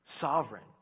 sovereign